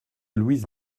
louise